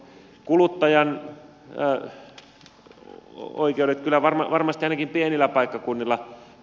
no kuluttajan oikeudet toteutuvat kyllä varmasti ainakin pienillä paikkakunnilla